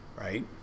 Right